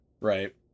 right